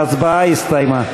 ההצבעה הסתיימה.